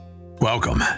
Welcome